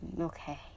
Okay